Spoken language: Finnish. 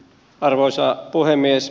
arvoisa puhemies